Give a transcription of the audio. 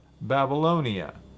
Babylonia